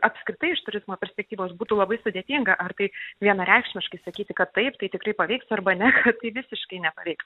apskritai iš turizmo perspektyvos būtų labai sudėtinga ar tai vienareikšmiškai sakyti kad taip tai tikrai paveiks arba ne kad tai visiškai nepaveiks